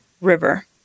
river